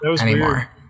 anymore